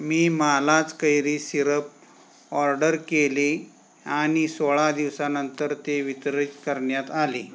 मी मालाज कैरी syrup order केली आणि सोळा दिवसानंतर ते वितरित करण्यात आले